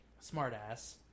smartass